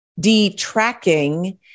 detracking